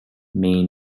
may